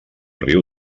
riu